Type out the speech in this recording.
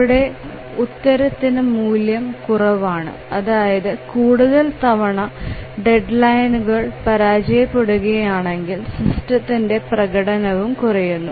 ഇവിടെ ഉത്തരത്തിന് മൂല്യം കുറവാണ് അതായത് കൂടുതൽ തവണ ഡെഡ്ലൈനുകൾ പരാജയപ്പെടുകയാണെങ്കിൽ സിസ്റ്റത്തിന്റെ പ്രകടനവും കുറയുന്നു